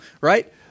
right